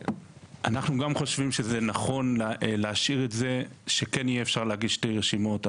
אנחנו גם חושבים שזה נכון להשאיר את זה שכן אפשר יהיה להגיש שתי רשימות.